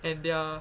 and they're